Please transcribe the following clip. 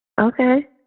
Okay